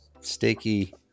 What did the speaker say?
sticky